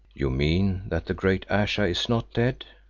you mean that the great ayesha is not dead?